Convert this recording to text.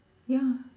ya